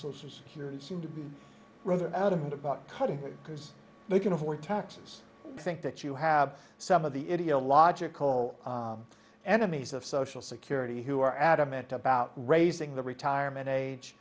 social security seem to be rather adamant about cutting it because they can avoid taxes think that you have some of the india logical enemies of social security who are adamant about raising the retirement age